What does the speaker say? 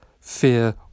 fear